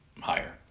higher